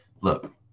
look